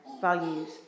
values